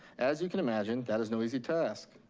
as you can imagine, that is no easy task.